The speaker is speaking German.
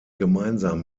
gemeinsam